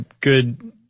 good –